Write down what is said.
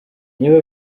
niba